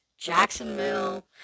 jacksonville